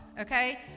okay